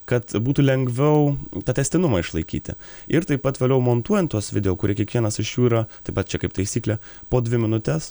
kad būtų lengviau tą tęstinumą išlaikyti ir taip pat vėliau montuojant tuos video kurie kiekvienas iš jų yra taip pat čia kaip taisyklė po dvi minutes